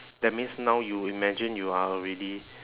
that means now you imagine you are already